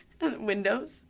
Windows